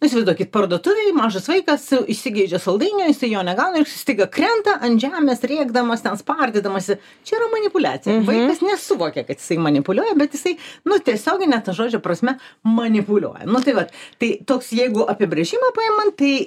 nu įsivaizduokit parduotuvėje mažas vaikas įsigeidžia saldainio jisai jo negauna ir staiga krenta ant žemės rėkdamas ten spardydamasi čia yra manipuliacija nes nesuvokia kad jisai manipuliuoja bet jisai nu tiesiogine ta žodžio prasme manipuliuoja nu tai vat tai toks jeigu apibrėžimą paimant tai